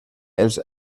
els